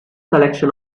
collection